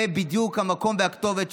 זה בדיוק המקום והכתובת,